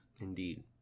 Indeed